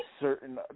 certain